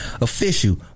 official